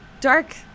dark